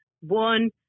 one